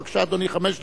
בבקשה, אדוני, חמש דקות.